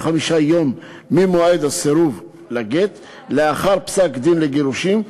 יום ממועד הסירוב לגט לאחר פסק-דין לגירושין,